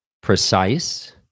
precise